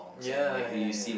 ya ya ya